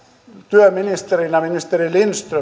työministerinä ministeri lindström